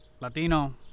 Latino